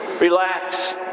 Relax